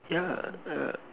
yeah uh